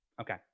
Okay